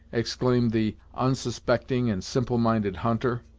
exclaimed the unsuspecting and simple minded hunter